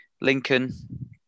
Lincoln